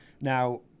Now